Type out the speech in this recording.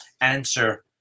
answer